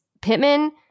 Pittman